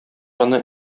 аны